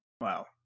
Wow